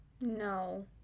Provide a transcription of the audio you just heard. no